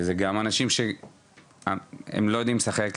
זה גם אנשים שהם לא יודעים לשחק,